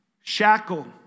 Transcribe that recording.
shackle